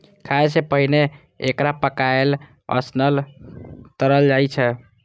खाय सं पहिने एकरा पकाएल, उसनल, तरल जाइ छै